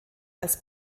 als